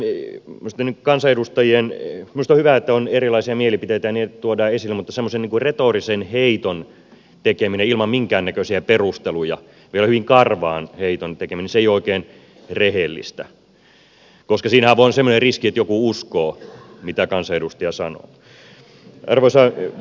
minusta on hyvä että on erilaisia mielipiteitä ja niitä tuodaan esille mutta semmoisen retorisen heiton tekeminen ilman minkäännäköisiä perusteluja vielä hyvin karvaan heiton ei ole oikein rehellistä koska siinähän voi olla semmoinen riski että joku uskoo mitä kansanedustaja sanoo